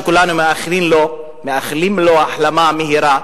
שכולנו מאחלים לו החלמה מהירה,